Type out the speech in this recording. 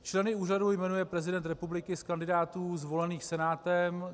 Členy úřadu jmenuje prezident republiky z kandidátů zvolených Senátem.